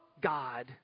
God